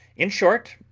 in short,